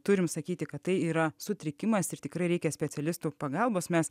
turime sakyti kad tai yra sutrikimas ir tikrai reikia specialistų pagalbos mes